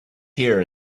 here